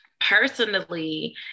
personally